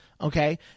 Okay